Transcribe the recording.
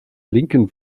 linken